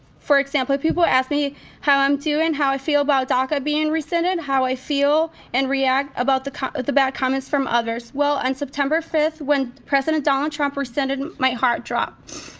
for example, people ask me how i'm doing, and how i feel about daca being rescinded, how i feel and react about the kind of the bad comments from others. well, on september fifth when president donald trump rescinded, my heart dropped.